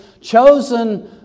chosen